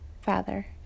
Father